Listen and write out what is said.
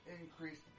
increase